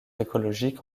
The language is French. écologiques